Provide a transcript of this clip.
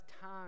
time